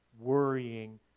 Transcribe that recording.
Worrying